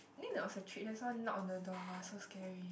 I think it was on a trip then someone knocked on the door !wah! so scary